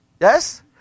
Yes